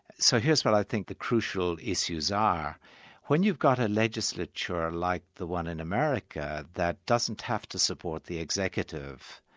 so here's what i think the crucial issues are when you've got a legislature like the one in america that doesn't have to support the executive,